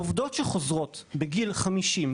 עובדות שחוזרות בגיל 50,